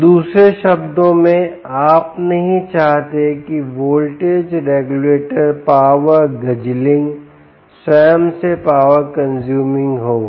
तो दूसरे शब्दों में आप नहीं चाहते कि वोल्टेज रेगुलेटर पावर गज़लिंग स्वयं से पावर कंजूमिंग हो